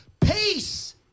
peace